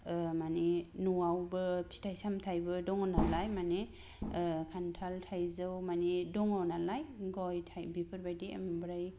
ओ माने न'आवबो फिथाइ सामथायबो दङ नालाय माने ओ खान्थाल थाइजौ माने दङ नालाय गय बेफोरबायदि ओमफ्राय